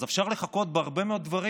אז אפשר לחכות בהרבה מאוד דברים.